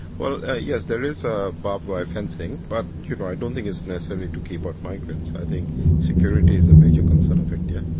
well, yes, there is a barbed wire fencing, but you know i don't think it's necessary to keep out migrants, i think security is a major concern of india.